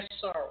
sorrow